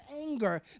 anger